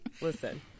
listen